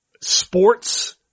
Sports